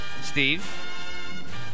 Steve